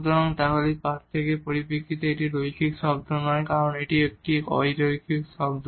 সুতরাং তাহলে এই পার্থক্যের পরিপ্রেক্ষিতে এটি রৈখিক শব্দ নয় এটি এখানে একটি অ রৈখিক শব্দ